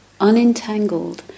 unentangled